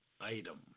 item